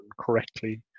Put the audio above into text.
correctly